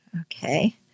Okay